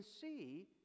see